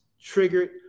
triggered